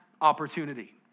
opportunity